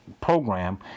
program